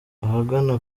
ahagana